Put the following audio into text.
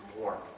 more